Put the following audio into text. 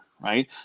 right